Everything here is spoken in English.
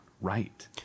Right